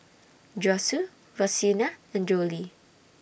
Josue Rosina and Jolie